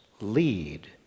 lead